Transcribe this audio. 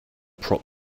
prop